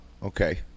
Okay